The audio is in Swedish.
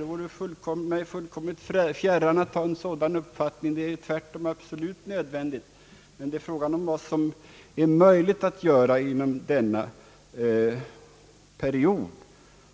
Det är mig fullkomligt fjärran att ha en sådan uppfattning. Höjd standard är tvärtom absolut nödvändig, men det är frågan om vad som är möjligt att göra inom avtalsperioden.